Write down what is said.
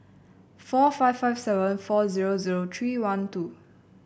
four five five seven four zero zero three one two